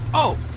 oh.